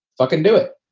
but can do it.